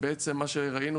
ובעצם ראינו